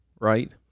right